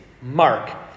Mark